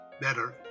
better